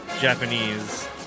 Japanese